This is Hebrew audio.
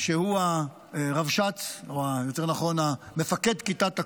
שהוא הרבש"ץ, או יותר נכון מפקד כיתת הכוננות,